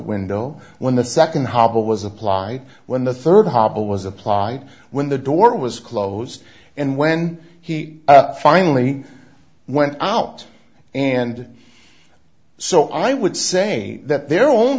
window when the nd hobble was applied when the rd hobble was applied when the door was closed and when he finally went out and so i would say that their own